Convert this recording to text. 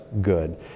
good